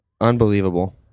Unbelievable